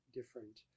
different